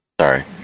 Sorry